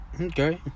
Okay